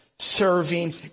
serving